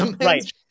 right